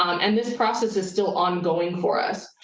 um and this process is still ongoing for us.